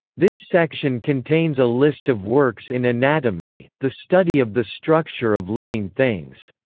this section contains a list of works in anatomy, the study of the structure of living things.